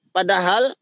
Padahal